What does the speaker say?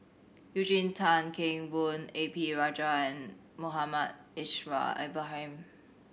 Eugene Tan Kheng Boon A P Rajah and Muhammad Aishal Ibrahim